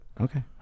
okay